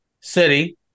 City